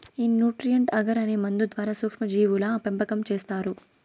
ఈ nutrient agar అనే మందు ద్వారా సూక్ష్మ జీవుల పెంపకం చేస్తారు